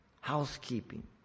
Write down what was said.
Housekeeping